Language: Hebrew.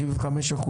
75%,